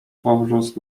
powróz